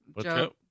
Joe